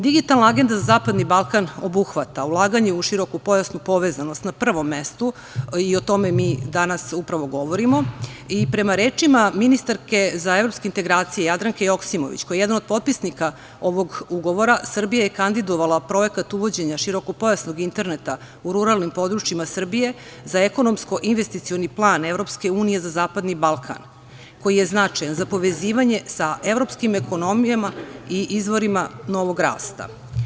Digitalna agenda za Zapadni Balkan obuhvata ulaganje u širokopojasnu povezanost na prvom mestu i o tome mi danas upravo govorimo i prema rečima ministarke za evropske integracije Jadranke Joksimović, koja je jedna od potpisnika ovog ugovora, Srbija je kandidovala projekat uvođenja širokopojasnog interneta u ruralnim područjima Srbije za Ekonomsko-investicioni plan EU za Zapadni Balkan, koji je značajan za povezivanje sa evropskim ekonomijama i izvorima novog rasta.